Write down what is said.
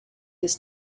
his